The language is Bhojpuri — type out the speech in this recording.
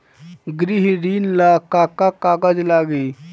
गृह ऋण ला का का कागज लागी?